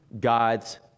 God's